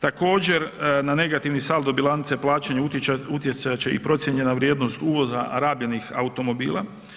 Također na negativni saldo bilance plaćanja utjecat će i procijenjena vrijednost uvoza rabljenih automobila.